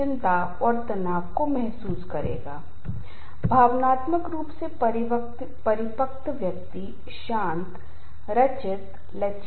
इसलिए तनाव के कारण आप काम करने की सूचना नहीं देंगे और अनुपस्थित रहेंगे